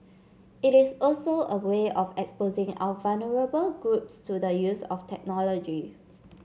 it is also a way of exposing our vulnerable groups to the use of technology